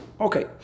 Okay